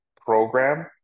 program